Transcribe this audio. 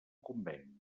conveni